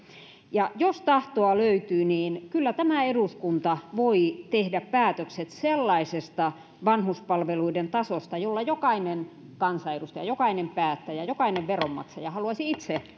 jos tahtoa löytyy niin kyllä tämä eduskunta voi tehdä päätökset sellaisesta vanhuspalveluiden tasosta jolla jokainen kansanedustaja jokainen päättäjä jokainen veronmaksaja haluaisi itse